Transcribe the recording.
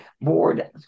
board